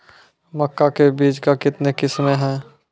मक्का के बीज का कितने किसमें हैं?